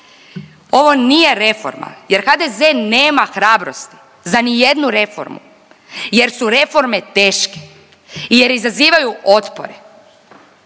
ovo nije reforma, jer HDZ nema hrabrosti za ni jednu reformu jer su reforme teške, jer izazivaju otpore,